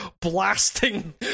blasting